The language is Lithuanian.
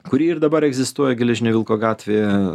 kuri ir dabar egzistuoja geležinio vilko gatvėje